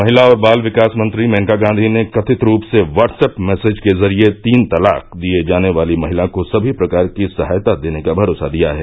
महिला और बाल विकास मंत्री मेनका गांधी ने कथित रूप से व्हाट्सप मैसेज के जरिये तीन तलाक दिए जाने वाली महिला को सभी प्रकार की सहायता देने का भरोसा दिया है